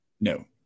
No